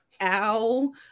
ow